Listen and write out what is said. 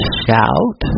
shout